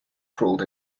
crawled